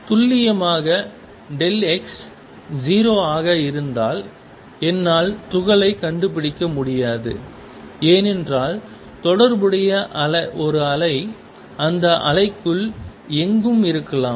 துல்லியமாக x 0 ஆக இருந்தால் என்னால் துகளை கண்டுபிடிக்க முடியாது ஏனென்றால் தொடர்புடைய ஒரு அலை அந்த அலைக்குள் எங்கும் இருக்கலாம்